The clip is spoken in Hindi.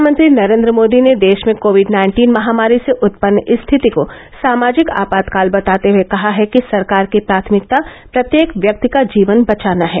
प्रधानमंत्री नरेन्द्र मोदी ने देश में कोविड नाइन्टीन महामारी से उत्पन्न स्थिति को सामाजिक आपातकाल बताते हए कहा है कि सरकार की प्राथमिकता प्रत्येक व्यक्ति का जीवन बचाना है